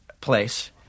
place